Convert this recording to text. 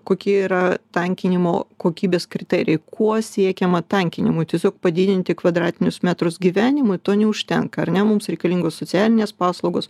kokie yra tankinimo kokybės kriterijai kuo siekiama tankinimui tiesiog padidinti kvadratinius metrus gyvenimui to neužtenka ar ne mums reikalingos socialinės paslaugos